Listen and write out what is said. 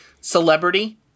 celebrity